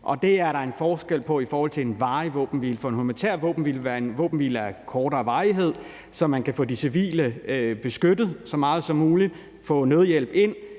og det er der en forskel på i forhold til en varig våbenhvile, for en humanitær våbenhvile vil være en våbenhvile af kortere varighed, så man kan få de civile beskyttet så meget som muligt og få nødhjælp ind.